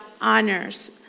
honors